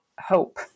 hope